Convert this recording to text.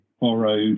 borrowed